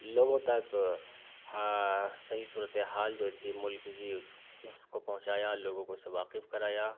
لوگوں تک ہاں صحیح صورت حال جو تھی مُلک کی اُس اُس کو پہونچایا لوگوں کو اُس سے واقف کرایا